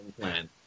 plan